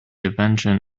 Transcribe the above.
invention